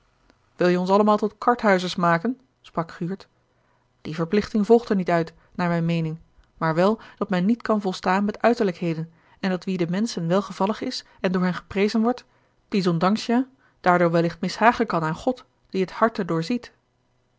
wil je ons allemaal tot karthuizers maken sprak guurt die verplichting volgt er niet uit naar mijne meening maar wel dat men niet kan volstaan met uiterlijkheden en dat wie den menschen welgevallig is en door hen geprezen wordt diesondanks ja daardoor wellicht mishagen kan aan god die t harte